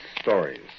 stories